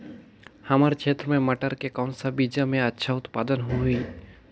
हमर क्षेत्र मे मटर के कौन सा बीजा मे अच्छा उत्पादन होही?